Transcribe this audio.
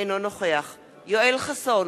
אינו נוכח יואל חסון,